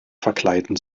verkleiden